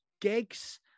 gigs